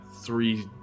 three